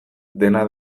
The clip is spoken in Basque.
dena